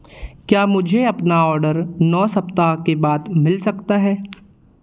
क्या मुझे अपना ऑर्डर नौ सप्ताह के बाद मिल सकता है